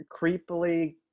creepily